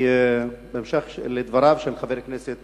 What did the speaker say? בהמשך לדבריו של חבר הכנסת